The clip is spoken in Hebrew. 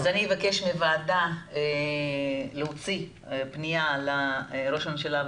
אני אבקש מהוועדה להוציא פניה לראש הממשלה,